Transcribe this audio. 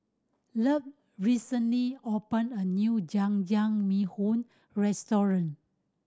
Love recently opened a new Jajangmyeon Restaurant